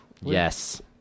Yes